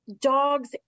Dogs